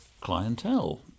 clientele